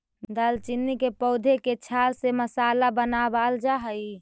दालचीनी के पौधे के छाल से मसाला बनावाल जा हई